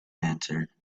answered